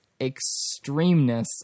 extremeness